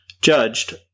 judged